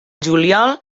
juliol